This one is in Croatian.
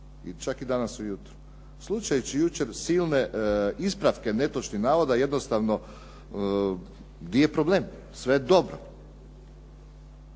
i čak i danas ujutro, slušajući jučer silne ispravke netočnih navoda, jednostavno gdje je problem, sve je dobro.